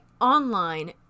online